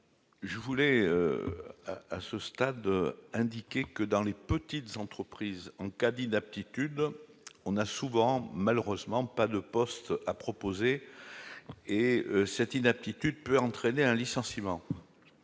je voulais à ce stade, indiqué que dans les petites entreprises en cas d'inaptitude, on a souvent malheureusement pas de poste à proposer et cette inaptitude peut entraîner un licenciement